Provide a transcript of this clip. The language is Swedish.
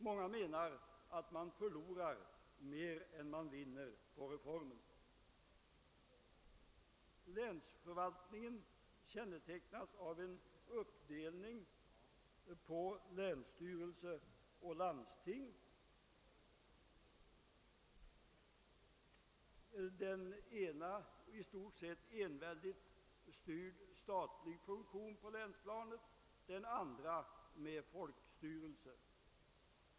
Många menar att man förlorar mer än man vinner på reformen. Länsförvaltningen kännetecknas av en uppdelning på länsstyrelse och landsting, den ena en i stort sett enväldigt styrd statlig funktion på länsplanet, den andra med folkstyrelse.